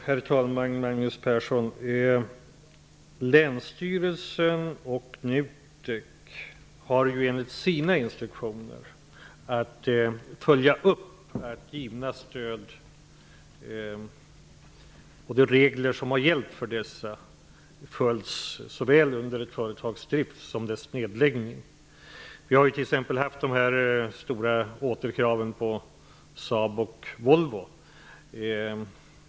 Herr talman! Länsstyrelsen och NUTEK har enligt sina instruktioner att följa upp att de regler som har gällt för givna stöd följs, såväl under ett företags drift som under dess nedläggning. Vi har t.ex. haft stora återkrav på Saab och Volvo.